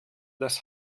das